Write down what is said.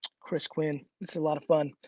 chris quinn? it's a lot of fun.